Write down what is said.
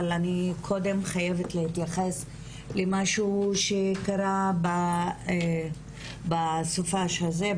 אבל קודם אני חייבת להתייחס למשהו שקרה בסופ"ש הזה,